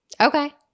Okay